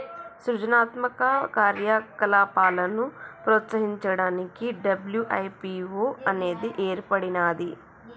సృజనాత్మక కార్యకలాపాలను ప్రోత్సహించడానికి డబ్ల్యూ.ఐ.పీ.వో అనేది ఏర్పడినాది